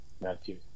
Matthew